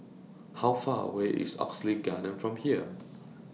How Far away IS Oxley Garden from here